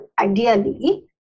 ideally